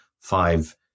five